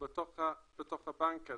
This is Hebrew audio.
בתוך הבנק?